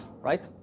Right